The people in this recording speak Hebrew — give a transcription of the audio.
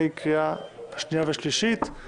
משק המדינה (תיקון מס' 10 והוראת שעה לשנת 2020) (תיקון),